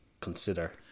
consider